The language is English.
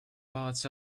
parts